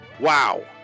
Wow